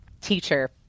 teacher